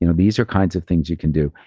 you know these are kinds of things you can do.